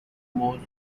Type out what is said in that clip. موضوع